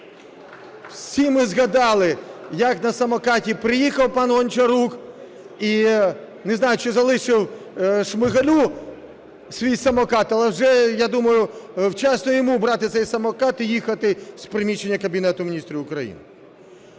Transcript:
Всі ми згадали, як на самокаті приїхав пан Гончарук і не знаю, чи залишив Шмигалю свій самокат, але вже, я думаю, час і йому брати цей самокат і їхати з приміщення Кабінету Міністрів України.